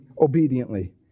obediently